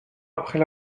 après